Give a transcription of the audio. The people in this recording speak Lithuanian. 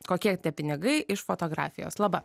kokie tie pinigai iš fotografijos laba